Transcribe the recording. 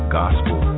gospel